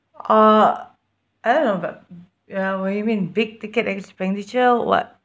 uh I don't know but uh when you mean big ticket expenditure what